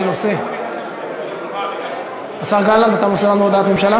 לנושא הבא בסדר-היום: הודעת הממשלה